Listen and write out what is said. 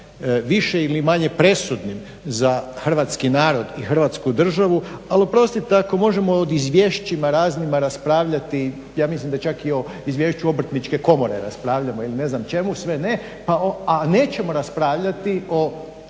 više ili manje presudnim za hrvatski narod i Hrvatsku državu ali oprostite ako možemo o izvješćima raznim raspravljati ja mislim da čak i izvješću obrtničke komore raspravljamo ili ne znam čemu sve ne a nećemo raspravljati o